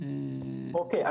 אוקי ,